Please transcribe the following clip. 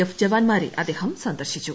F ജവാന്മാരെ അദ്ദേഹം സന്ദർശിച്ചു